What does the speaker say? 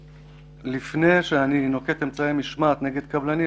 לפני שאני נוקט אמצעי משמעת נגד קבלנים,